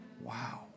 Wow